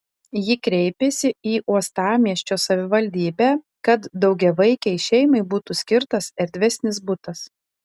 ji kreipėsi į uostamiesčio savivaldybę kad daugiavaikei šeimai būtų skirtas erdvesnis butas